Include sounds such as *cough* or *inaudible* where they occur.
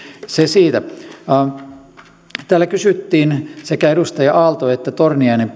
se siitä täällä kysyttiin sekä edustaja aalto että edustaja torniainen *unintelligible*